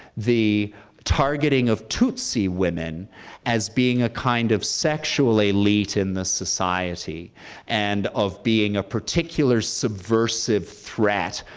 the targeting of tutsi women as being a kind of sexual elite in the society and of being a particular subversive threat,